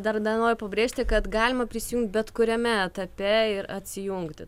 dar dar noriu pabrėžti kad galima prisijungt bet kuriame etape ir atsijungti